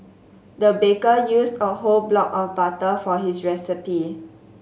the baker used a whole block of butter for his recipe